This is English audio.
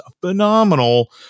phenomenal